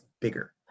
bigger